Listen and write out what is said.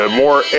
more